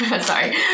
Sorry